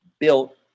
built